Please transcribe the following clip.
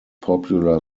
popular